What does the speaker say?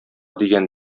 дигән